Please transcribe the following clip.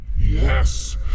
Yes